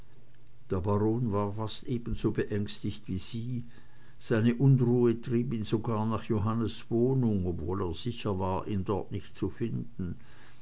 der baron war fast ebenso beängstigt wie sie seine unruhe trieb ihn sogar nach johannes wohnung obwohl er sicher war ihn dort nicht zu finden